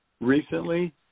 recently